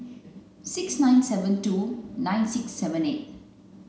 six nine seven two nine six seven eight